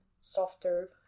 softer